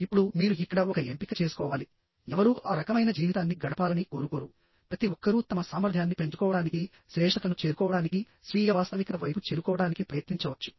ఇప్పుడు మీరు ఇక్కడ ఒక ఎంపిక చేసుకోవాలి ఎవరూ ఆ రకమైన జీవితాన్ని గడపాలని కోరుకోరు ప్రతి ఒక్కరూ తమ సామర్థ్యాన్ని పెంచుకోవడానికి శ్రేష్ఠతను చేరుకోవడానికి స్వీయ వాస్తవికత వైపు చేరుకోవడానికి ప్రయత్నించవచ్చు